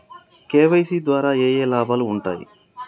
KYC ద్వారా ఏఏ లాభాలు ఉంటాయి?